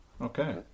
Okay